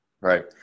Right